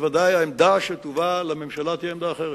בוודאי העמדה שתובא לממשלה תהיה עמדה אחרת,